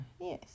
Yes